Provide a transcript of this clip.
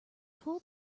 pull